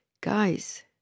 Guys